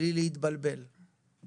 צריך לומר את זה,